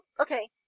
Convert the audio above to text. okay